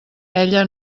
ella